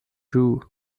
jew